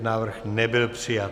Návrh nebyl přijat.